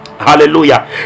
hallelujah